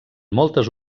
moltes